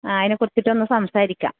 ആ അതിനെക്കുറിച്ചിട്ടൊന്നു സംസാരിക്കാം